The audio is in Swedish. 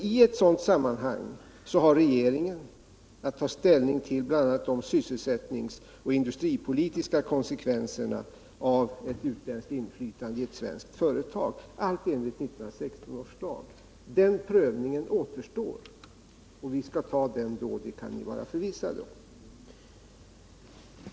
I ett sådant sammanhang har regeringen att ta ställning till bl.a. de sysselsättningsoch industripolitiska konsekvenserna av ett utländskt inflytande i ett svenskt företag, allt enligt 1916 års lag. Den prövningen återstår. Vi skall göra den då; det kan ni vara förvissade om.